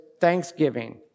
thanksgiving